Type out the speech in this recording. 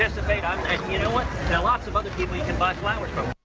you know lots of other people you can buy flowers from.